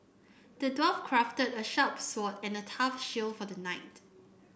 the dwarf crafted a sharp sword and a tough shield for the knight